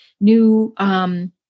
new